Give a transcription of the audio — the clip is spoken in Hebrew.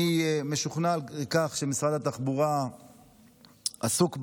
אני משוכנע בכך שמשרד התחבורה עסוק בעניין,